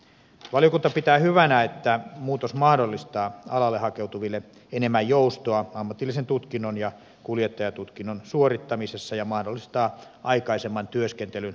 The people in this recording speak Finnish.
valiokunta pitää hyvänä että muutos mahdollistaa alalle hakeutuville enemmän joustoa ammatillisen tutkinnon ja kuljettajantutkinnon suorittamisessa ja mahdollistaa aikaisemman työskentelyn aloittamisen